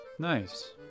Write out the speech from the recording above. nice